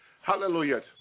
hallelujah